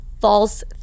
false